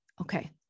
okay